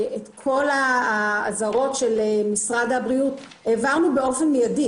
את כל האזהרות של משרד הבריאות העברנו באופן מיידי.